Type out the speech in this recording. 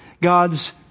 God's